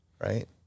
right